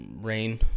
rain